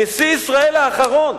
נשיא ישראל האחרון.